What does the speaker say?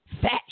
fat